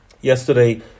Yesterday